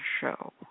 show